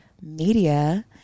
media